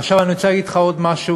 עכשיו אני רוצה להגיד לך עוד משהו.